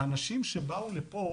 האנשים שבאו לפה,